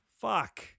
Fuck